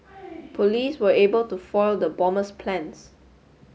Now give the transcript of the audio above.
police were able to foil the bomber's plans